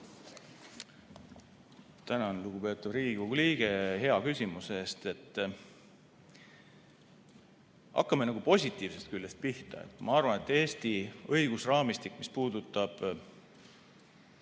Tänan, lugupeetud Riigikogu liige, hea küsimuse eest! Hakkame positiivsest küljest pihta. Ma arvan, et Eesti õigusraamistik, mis puudutab